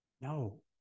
No